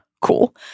cool